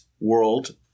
world